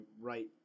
right